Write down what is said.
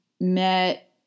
met –